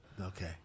okay